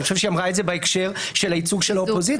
אני חושב שהיא אמרה את זה בהקשר של הייצוג של האופוזיציה.